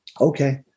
okay